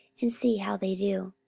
and see how they do.